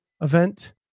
event